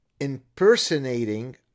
impersonating